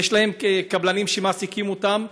ויש להם קבלנים שמעסיקים אותם,